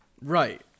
right